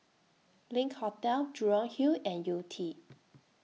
LINK Hotel Jurong Hill and Yew Tee